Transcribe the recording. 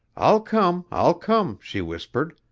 i'll come, i'll come she whispered.